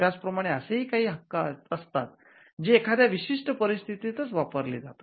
त्याच प्रमाणे असेही काही हक्क असतात जे एखाद्या विशिष्ट परिस्थितीतच वापरले जातात